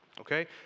okay